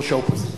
ראש האופוזיציה.